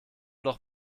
doch